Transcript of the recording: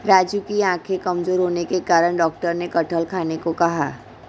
राजू की आंखें कमजोर होने के कारण डॉक्टर ने कटहल खाने को कहा